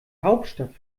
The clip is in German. hauptstadt